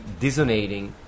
dissonating